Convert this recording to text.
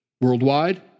worldwide